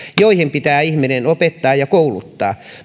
joihin pitää ihminen opettaa ja kouluttaa